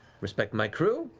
respect my crew,